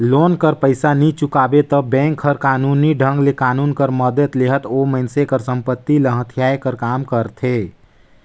loan कर पइसा नी चुकाबे ता बेंक हर कानूनी ढंग ले कानून कर मदेत लेहत ओ मइनसे कर संपत्ति ल हथियाए कर काम करथे